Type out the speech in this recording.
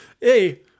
Hey